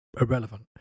irrelevant